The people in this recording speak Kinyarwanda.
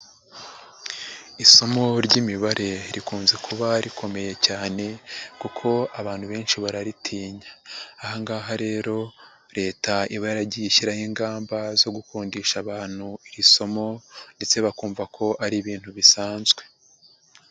Isomo ry'imibare rikunze kuba rikomeye cyane kuko abantu benshi bararitinya. Aha ngaha rero leta iba yaragiye ishyiraho ingamba zo gukundisha abantu iri somo ndetse bakumva ko ari ibintu bisanzwe.